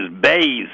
bays